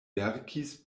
verkis